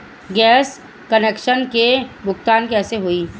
Gas connection के भुगतान कैसे होइ?